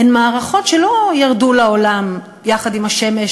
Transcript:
הן מערכות שלא ירדו לעולם יחד עם השמש,